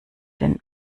den